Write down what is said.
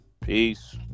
Peace